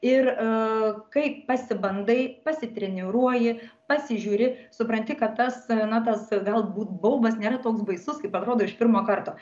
ir kai pasibandai pasitreniruoji pasižiūri supranti kad tas na tas galbūt baubas nėra toks baisus kaip atrodo iš pirmo karto